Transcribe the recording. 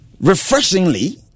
refreshingly